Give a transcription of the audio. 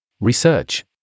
Research